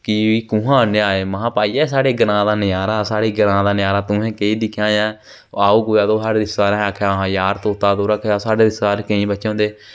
कि कुहां आह्ननेआ ऐ मेंआखेआ भाइया साढ़े ग्रांऽ दा नजारा साढ़े ग्रांऽ दा नजारा तुहें केह् दिक्खेआ अजें आओ कुतै साढ़े सारें आखेआ आं तूं तां तोता रक्खेदा केई बच्चे होंदे